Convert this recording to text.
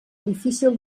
difícil